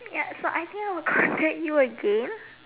ya so I think I would contact you again